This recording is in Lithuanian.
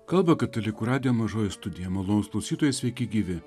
kalba katalikų radijo mažoji studija malonūs klaustyojai sveiki gyvi